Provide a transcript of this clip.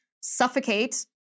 suffocate